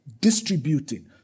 distributing